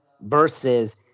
versus